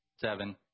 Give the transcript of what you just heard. seven